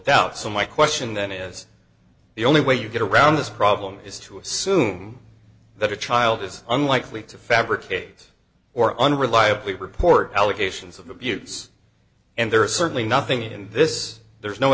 doubt so my question then is the only way you get around this problem is to assume that a child is unlikely to fabricate or unreliably report allegations of abuse and there is certainly nothing in this there's no